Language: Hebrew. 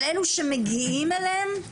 אבל אלו שמגיעים אליהם,